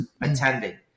attending